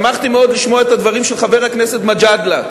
שמחתי מאוד לשמוע את הדברים של חבר הכנסת מג'אדלה.